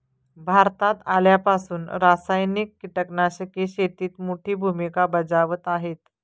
भारतात आल्यापासून रासायनिक कीटकनाशके शेतीत मोठी भूमिका बजावत आहेत